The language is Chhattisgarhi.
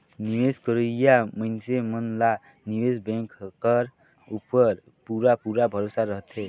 निवेस करोइया मइनसे मन ला निवेस बेंक कर उपर पूरा पूरा भरोसा रहथे